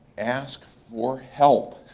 ask for help.